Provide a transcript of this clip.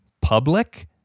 public